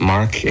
Mark